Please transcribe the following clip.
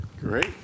Great